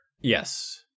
Yes